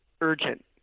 urgent